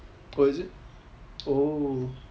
oh is it oh